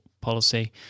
policy